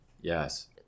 Yes